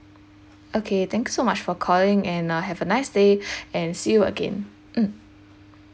okay thanks so much for calling and uh have a nice day and see you again mm